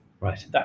Right